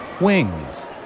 wings